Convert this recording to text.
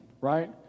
right